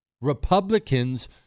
Republicans